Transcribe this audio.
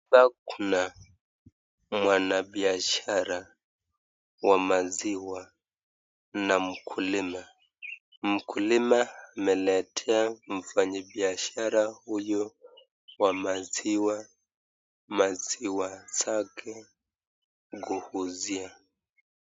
Hapa kuna mwanabiashara wa maziwa na mkulima. Mkulima ameletea mfanyibiashara huyu wa maziwa maziwa zake kuuzia.